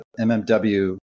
MMW